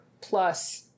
plus